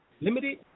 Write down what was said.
Limited